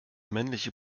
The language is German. männliche